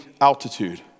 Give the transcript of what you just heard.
altitude